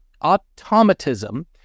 automatism